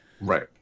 right